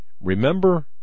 Remember